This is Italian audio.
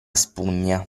spugna